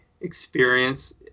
experience